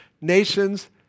nations